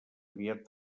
aviat